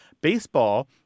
Baseball